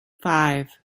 five